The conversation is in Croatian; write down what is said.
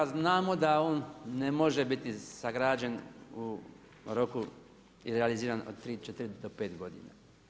Znamo da on ne može biti sagrađen u roku i realiziran od 3, 4 do 5 godina.